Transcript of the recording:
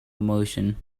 emotion